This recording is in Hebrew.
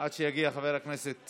עד שיגיע חבר הכנסת